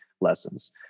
lessons